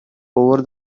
over